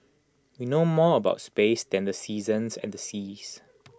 we know more about space than the seasons and the seas